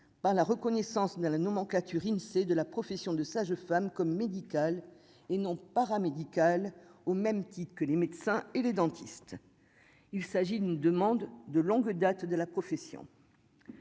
par la reconnaissance de la nomenclature Insee de la profession de sage-femme comme médicales et non paramédical. Au même titre que les médecins et les dentistes, il s'agit d'une demande de longue date de la profession.